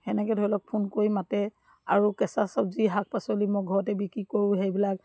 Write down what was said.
সেনেকৈ ধৰি লওক ফোন কৰি মাতে আৰু কেঁচা চব্জি শাক পাচলি মই ঘৰতে বিক্ৰী কৰোঁ সেইবিলাক